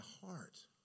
heart